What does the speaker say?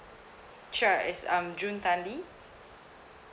sure it's um june tan lee